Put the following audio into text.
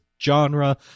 genre